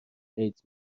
ایدز